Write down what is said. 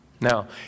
Now